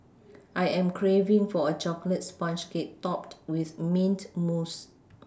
I am craving for a chocolate sponge cake topped with mint mousse